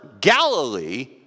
Galilee